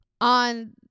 on